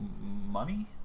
money